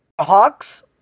Hawks